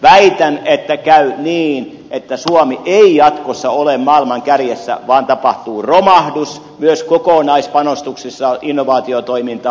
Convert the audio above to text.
väitän että käy niin että suomi ei jatkossa ole maailman kärjessä vaan tapahtuu romahdus myös kokonaispanostuksissa innovaatiotoimintaan